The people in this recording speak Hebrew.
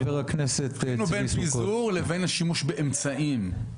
חבר הכנסת צבי סוכות.